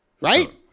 Right